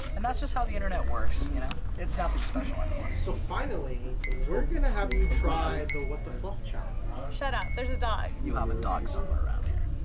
and that's just how the internet works, you know? it's nothing special anymore. so, finally, we're gonna have you try the what the fluff challenge. shut up. there's a dog. you have a dog somewhere around here.